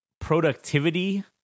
productivity